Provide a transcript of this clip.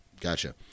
Gotcha